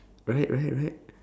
right right right